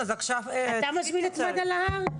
אתה מזמין את מד"א להר?